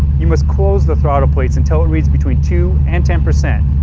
you must close the throttle plates until it reads between two and ten percent.